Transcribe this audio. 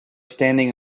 standing